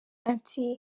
ati